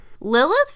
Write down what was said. Lilith